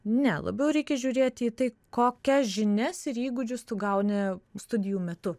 ne labiau reikia žiūrėti į tai kokias žinias ir įgūdžius tu gauni studijų metu